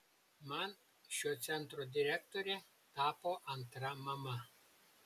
man šio centro direktorė tapo antra mama